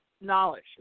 knowledge